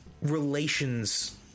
relations